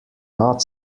not